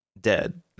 dead